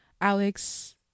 Alex